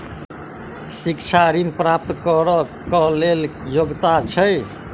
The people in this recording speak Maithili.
शिक्षा ऋण प्राप्त करऽ कऽ लेल योग्यता की छई?